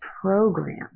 program